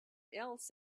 else